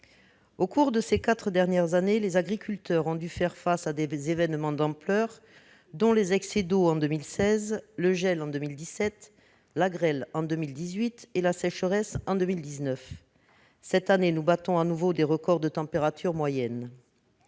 Au cours de ces quatre dernières années, les agriculteurs ont dû faire face à des événements d'ampleur- citons les excès d'eau en 2016, le gel en 2017, la grêle en 2018, la sécheresse en 2019. Cette année, nous battons à nouveau des records de température moyenne.